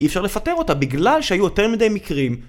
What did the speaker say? אי אפשר לפטר אותה בגלל שהיו יותר מדי מקרים